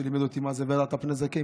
שלימד אותי מה זה "והדרת פני זקן",